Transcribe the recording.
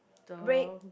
break